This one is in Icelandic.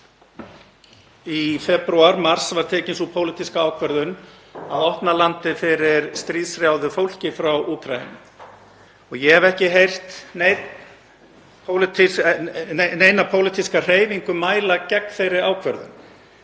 í febrúar eða mars var tekin sú pólitíska ákvörðun að opna landið fyrir stríðshrjáðu fólki frá Úkraínu. Ég hef ekki heyrt neina pólitíska hreyfingu mæla gegn þeirri ákvörðun.